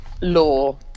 law